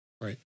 Right